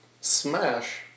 smash